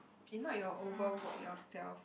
if not you'll overwork yourself